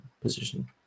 position